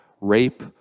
rape